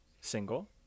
single